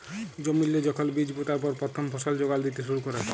জমিল্লে যখল বীজ পুঁতার পর পথ্থম ফসল যোগাল দ্যিতে শুরু ক্যরে